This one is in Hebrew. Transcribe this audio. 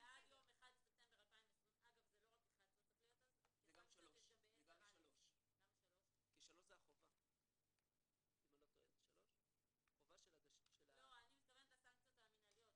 זה לא רק 11. זה גם 3. אני מתכוונת לסנקציות המנהליות.